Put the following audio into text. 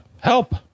Help